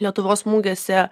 lietuvos mugėse